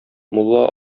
мулла